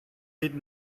did